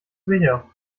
sicher